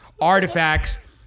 artifacts